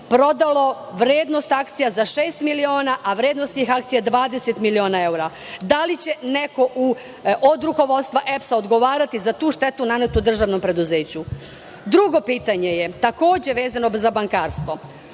prodalo vrednost akcija za šest miliona, a vrednost tih akcija je 20 miliona evra. Da li će neko od rukovodstva EPS-a odgovarati za tu štetu nanetu državnom preduzeću? Drugo pitanje je takođe vezano za bankarstvo.